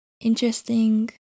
interesting